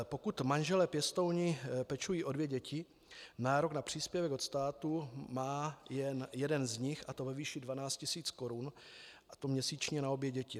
Pokud manželé pěstouni pečují o dvě děti, nárok na příspěvek od státu má jen jeden z nich, a to ve výši 12 tisíc korun, a to měsíčně na obě děti.